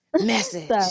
Message